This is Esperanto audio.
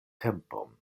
tempon